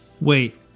wait